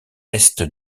est